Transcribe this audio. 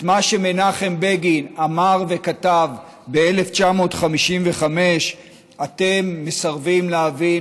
את מה שמנחם בגין אמר וכתב ב-1955 אתם מסרבים להבין